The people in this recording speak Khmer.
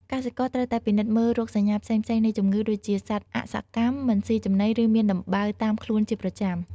កសិករត្រូវតែពិនិត្យមើលរោគសញ្ញាផ្សេងៗនៃជំងឺដូចជាសត្វអសកម្ម មិនស៊ីចំណី ឬមានដំបៅតាមខ្លួនជាប្រចាំ។